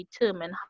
determine